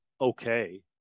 okay